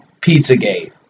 Pizzagate